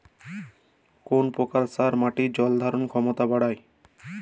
কোন প্রকার সার মাটির জল ধারণ ক্ষমতা বাড়ায়?